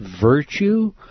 virtue